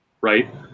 right